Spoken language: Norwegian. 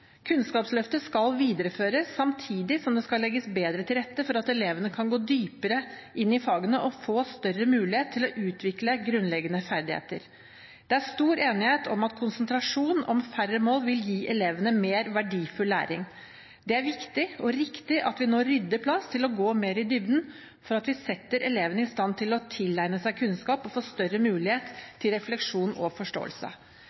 skal legges bedre til rette for at elevene kan gå dypere inn i fagene og få større mulighet til å utvikle grunnleggende ferdigheter. Det er stor enighet om at konsentrasjon om færre mål vil gi elevene mer verdifull læring. Det er viktig og riktig at vi nå rydder plass til å gå mer i dybden for å sette elevene i stand til å tilegne seg kunnskap og få større